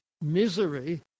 misery